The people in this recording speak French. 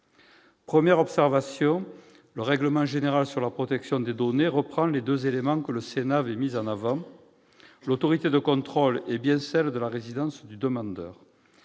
Première observation : le règlement général sur la protection des données reprend les deux éléments que le Sénat avait mis en avant. L'autorité de contrôle compétente est bien celle de la résidence du demandeur.